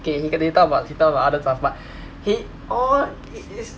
okay he talk about he talk about other stuff but he all is is